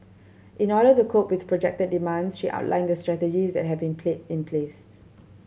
in order to cope with projected demands she outlined the strategies that have been in placed